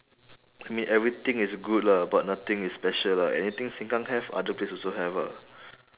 I mean everything is good lah but nothing is special lah anything seng kang have other place also have ah